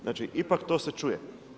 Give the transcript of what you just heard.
Znači, ipak to se čuje.